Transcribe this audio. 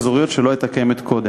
שלא הייתה קיימת עד כה,